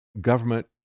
government